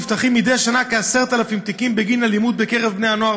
נפתחים מדי שנה כ-10,000 תיקים בגין אלימות בקרב בני הנוער